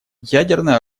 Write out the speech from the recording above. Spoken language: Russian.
ядерное